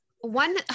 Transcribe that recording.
One